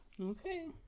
Okay